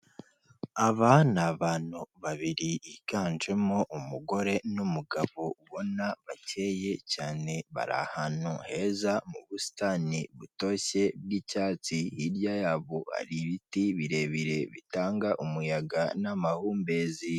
Aba ni abantu babiri, biganjemo umugore n'umugabo, ubona bakeye cyane, bari ahantu heza mu busitani butoshye bw'icyatsi, hirya yabo hari ibiti birebire, bitanga umuyaga n'amahumbezi.